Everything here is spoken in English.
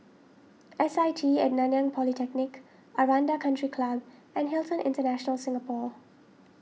S I T at Nanyang Polytechnic Aranda Country Club and Hilton International Singapore